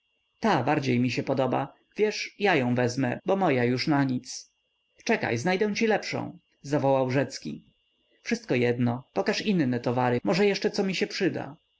bardzo mi się podoba wiesz ja ją wezmę bo moja już nanic czekaj znajdę ci lepszą zawołał rzecki wszystko jedno pokaż inne towary może jeszcze co mi się przyda